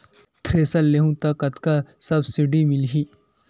Thresher लेहूं त कतका सब्सिडी मिलही?